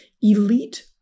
elite